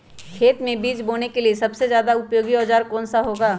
खेत मै बीज बोने के लिए सबसे ज्यादा उपयोगी औजार कौन सा होगा?